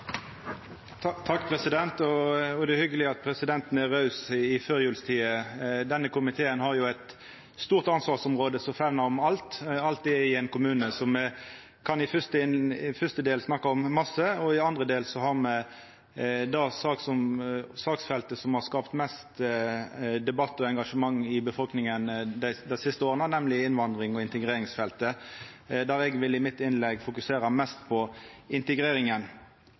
raus i førjulstida. Denne komiteen har jo eit stort ansvarsområde som famnar om alt som er i ein kommune. Me har i den første delen av debatten kunna snakka om masse. I den andre delen har me det saksfeltet som har skapt mest debatt og engasjement i befolkninga dei siste åra, nemleg innvandring- og integreringsfeltet. Eg vil i innlegget mitt fokusera mest på